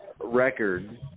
record